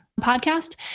podcast